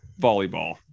volleyball